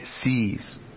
sees